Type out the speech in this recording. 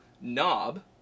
knob